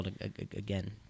again